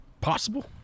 Possible